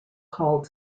called